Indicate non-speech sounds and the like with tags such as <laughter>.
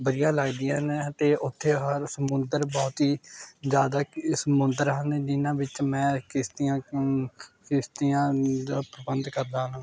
ਵਧੀਆ ਲੱਗਦੀਆਂ ਹਨ ਅਤੇ ਉੱਥੇ ਹਰ ਸਮੁੰਦਰ ਬਹੁਤ ਹੀ ਜ਼ਿਆਦਾ ਸਮੁੰਦਰ ਹਨ ਜਿਹਨਾਂ ਵਿੱਚ ਮੈਂ ਕਿਸ਼ਤੀਆਂ ਕਿਸ਼ਤੀਆਂ <unintelligible> ਪਸੰਦ ਕਰਦਾ ਹਾਂ